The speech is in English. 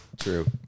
true